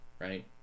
Right